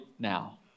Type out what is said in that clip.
now